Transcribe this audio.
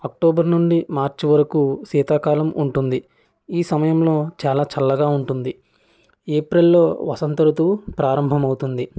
October నుండి March వరకు శీతాకాలం ఉంటుంది ఈ సమయంలో చాలా చల్లగా ఉంటుంది ఏప్రెల్లో వసంత ఋతువు ప్రారంభమవుతుంది